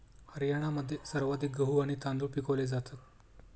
हरियाणामध्ये सर्वाधिक गहू आणि तांदूळ पिकवले जातात